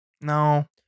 No